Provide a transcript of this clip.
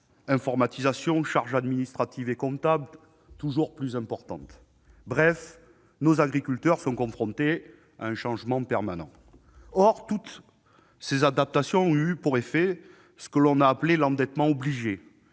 informatisation, charges administratives et comptables toujours plus importantes. Bref, nos agriculteurs font face à un changement permanent. Or toutes ces adaptations ont eu pour conséquence ce que l'on a appelé « l'endettement obligé